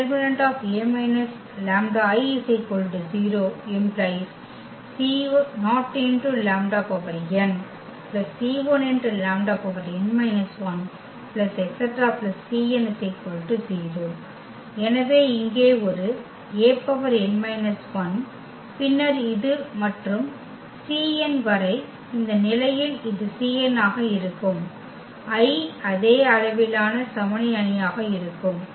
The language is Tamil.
detA − λI 0 ⟹ c0λn c1λn−1 ⋯ cn 0 எனவே இங்கே ஒரு An−1 பின்னர் இது மற்றும் cn வரை இந்த நிலையில் இது cn ஆக இருக்கும் I அதே அளவிலான சமனி அணியாக இருக்கும்